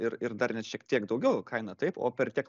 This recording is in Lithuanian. ir ir dar net šiek tiek daugiau kaina taip o per tiek